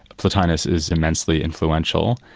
plotinus is immensely influential,